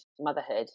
motherhood